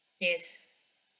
yes